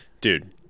Dude